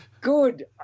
Good